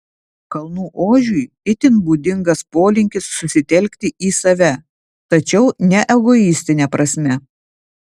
kalnų ožiui itin būdingas polinkis susitelkti į save tačiau ne egoistine prasme